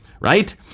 right